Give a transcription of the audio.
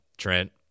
Trent